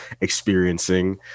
experiencing